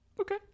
Okay